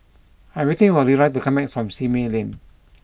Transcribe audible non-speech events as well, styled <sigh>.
I'm waiting for Leroy to come back from Simei Lane <noise>